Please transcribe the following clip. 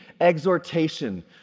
exhortation